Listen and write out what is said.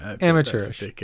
Amateurish